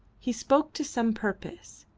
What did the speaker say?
he spoke to some purpose.